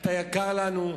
אתה יקר לנו,